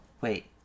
wait